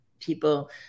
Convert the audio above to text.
People